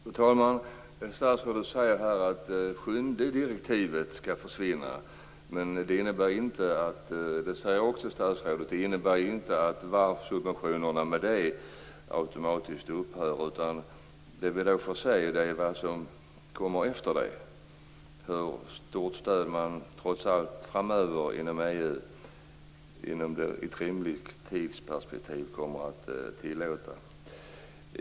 Fru talman! Statsrådet säger att det sjunde direktivet skall försvinna. Men det innebär inte, det säger statsrådet också, att varvssubventionerna automatiskt upphör. Vi får se vad som kommer efter dem, hur stort stöd man inom EU trots allt kommer att tillåta inom ett rimligt tidsperspektiv.